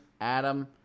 Adam